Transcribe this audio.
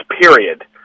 period